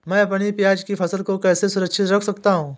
मैं अपनी प्याज की फसल को कैसे सुरक्षित रख सकता हूँ?